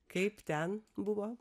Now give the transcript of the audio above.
kaip ten buvo